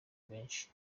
benshi